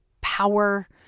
power